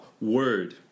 Word